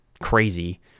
crazy